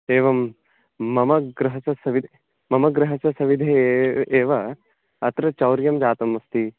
एवं मम गृहस्य सविधे मम गृहस्य सविधे एव अत्र चौर्यं जातम् अस्ति